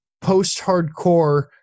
post-hardcore